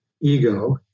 ego